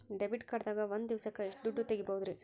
Debit card ದಾಗ ಒಂದ್ ದಿವಸಕ್ಕ ಎಷ್ಟು ದುಡ್ಡ ತೆಗಿಬಹುದ್ರಿ?